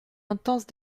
intense